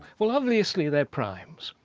well, obviously they're primes.